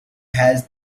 has